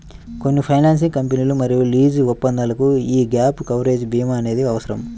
కొన్ని ఫైనాన్సింగ్ కంపెనీలు మరియు లీజు ఒప్పందాలకు యీ గ్యాప్ కవరేజ్ భీమా అనేది అవసరం